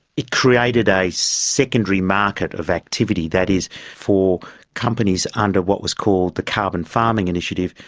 it created a secondary market of activity, that is for companies under what was called the carbon farming initiative,